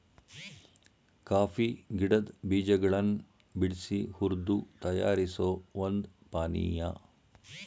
coffee ಗಿಡದ್ ಬೀಜಗಳನ್ ಬಿಡ್ಸಿ ಹುರ್ದು ತಯಾರಿಸೋ ಒಂದ್ ಪಾನಿಯಾ